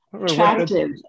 attractive